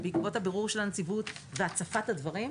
בעקבות בירור הנציבות והצפת הדברים,